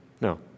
No